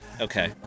Okay